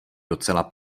docela